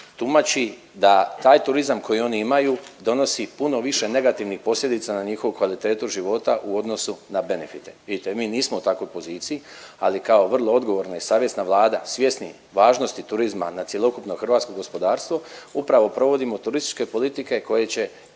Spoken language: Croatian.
tumači da taj turizam koji oni imaju donosi puno više negativnih posljedica na njihovu kvalitetu života u odnosu na benefite. Vidite, mi nismo u takvoj poziciji, ali kao vrlo odgovorna i savjesna Vlada svjesni važnosti turizma na cjelokupno hrvatsko gospodarstvo, upravo provodimo turističke politike koje će